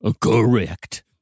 Correct